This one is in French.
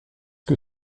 que